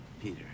peter